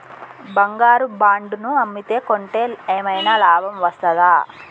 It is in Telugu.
బంగారు బాండు ను అమ్మితే కొంటే ఏమైనా లాభం వస్తదా?